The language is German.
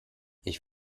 ich